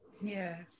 Yes